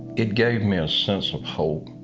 it gave me a sense of hope,